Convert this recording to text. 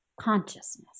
consciousness